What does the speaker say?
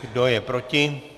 Kdo je proti?